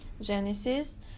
Genesis